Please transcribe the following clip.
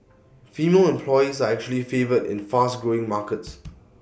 female employees are actually favoured in fast growing markets